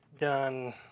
done